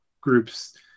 groups